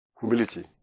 humility